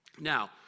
Now